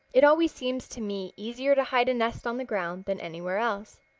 it always seems to me easier to hide a nest on the ground than anywhere else.